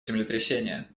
землетрясения